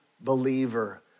believer